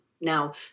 Now